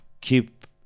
keep